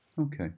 Okay